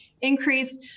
increase